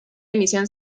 emisión